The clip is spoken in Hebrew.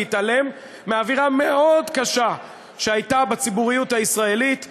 להתעלם מאווירה קשה מאוד שהייתה בציבוריות הישראלית,